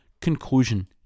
Conclusion